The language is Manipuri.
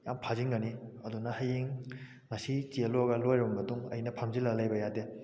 ꯌꯥꯝ ꯐꯥꯖꯤꯟꯒꯅꯤ ꯑꯗꯨꯅ ꯍꯌꯦꯡ ꯉꯁꯤ ꯆꯦꯜꯂꯨꯔꯒ ꯂꯣꯏꯔꯕ ꯃꯇꯨꯡ ꯑꯩꯅ ꯐꯝꯖꯤꯜꯂ ꯂꯩꯕ ꯌꯥꯗꯦ